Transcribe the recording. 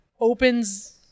opens